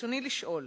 רצוני לשאול: